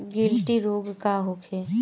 गिलटी रोग का होखे?